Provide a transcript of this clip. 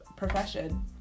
Profession